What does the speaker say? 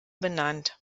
benannt